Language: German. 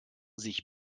sich